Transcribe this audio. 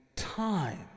time